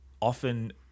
often